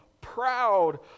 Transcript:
proud